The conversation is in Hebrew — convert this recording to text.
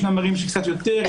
יש ערים שקצת יותר,